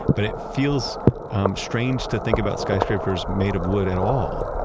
but it feels strange to think about skyscrapers made of wood at all,